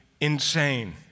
insane